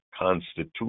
constitution